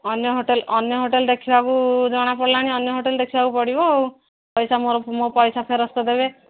ଅନ୍ୟ ହୋଟେଲ୍ ଅନ୍ୟ ହୋଟେଲ୍ ଦେଖିବାକୁ ଜଣା ପଡ଼ିଲାଣି ଅନ୍ୟ ହୋଟେଲ୍ ଦେଖିବାକୁ ପଡ଼ିବ ଆଉ ପଇସା ମୋର ମୋ ପଇସା ଫେରସ୍ତ ଦେବେ